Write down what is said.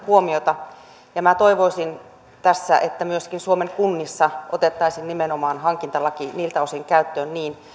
huomiota ja minä toivoisin tässä että myöskin suomen kunnissa otettaisiin nimenomaan hankintalaki niiltä osin käyttöön niin